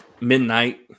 Midnight